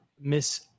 Miss